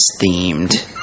themed